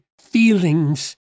feelings